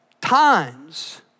times